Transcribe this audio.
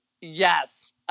Yes